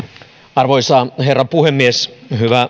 arvoisa herra puhemies